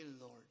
Lord